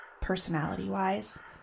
personality-wise